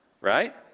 right